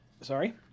Sorry